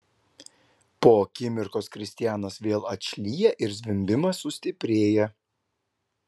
po akimirkos kristianas vėl atšlyja ir zvimbimas sustiprėja